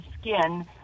skin